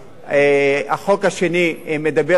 החוק השני מדבר על כך,